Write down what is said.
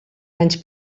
anys